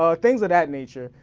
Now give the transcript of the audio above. ah things of that nature,